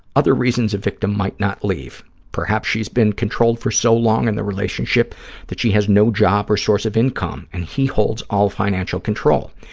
other reasons a victim might not leave. perhaps she's been controlled for so long in the relationship that she has no job or source of income and he holds all financial control.